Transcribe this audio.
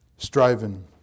striving